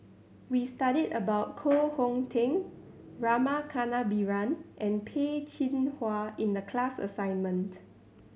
we studied about Koh Hong Teng Rama Kannabiran and Peh Chin Hua in the class assignment